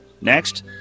next